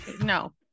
No